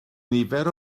nifer